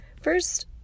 first